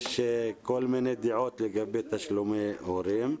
יש כל מיני דעות לגבי תשלומי הורים,